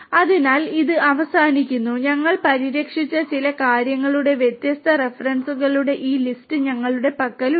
അതിനാൽ ഇത് അവസാനിക്കുന്നു ഞങ്ങൾ പരിരക്ഷിച്ച ചില കാര്യങ്ങളുടെ വ്യത്യസ്ത റഫറൻസുകളുടെ ഈ ലിസ്റ്റ് ഞങ്ങളുടെ പക്കലുണ്ട്